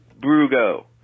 Brugo